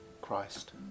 Christ